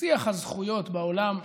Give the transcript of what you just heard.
שיח הזכויות בעולם,